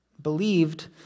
believed